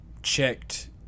Checked